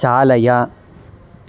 चालय